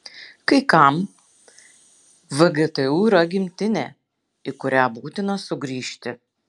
kai kam vgtu yra gimtinė į kurią būtina sugrįžti